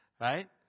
right